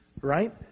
right